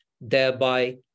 thereby